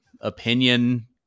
opinion